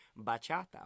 bachata